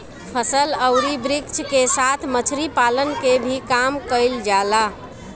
फसल अउरी वृक्ष के साथ मछरी पालन के भी काम कईल जाला